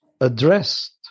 addressed